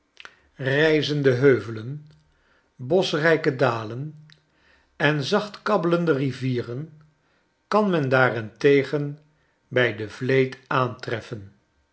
rijzende heuvelen boschrijke dalen en zachtkabbelende rivieren kan men daar en tegen bij de vleet aantreffen